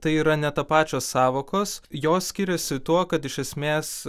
tai yra netapačios sąvokos jos skiriasi tuo kad iš esmės